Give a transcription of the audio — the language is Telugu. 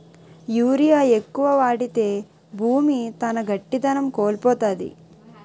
యూరియా ఎక్కువ వాడితే భూమి తన గట్టిదనం కోల్పోతాది